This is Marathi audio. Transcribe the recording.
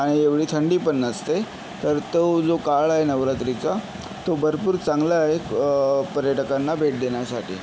आणि एवढी थंडीपण नसते तर तो जो काळ आहे नवरात्रीचा तो भरपूर चांगला आहे पर्यटकांना भेट देण्यासाठी